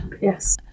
yes